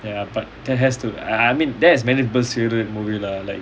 ya but that has to I I mean that's many peoples' favourite movie lah like